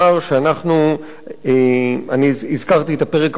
אני הזכרתי את הפרק הפלילי.